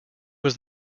was